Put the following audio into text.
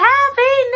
Happy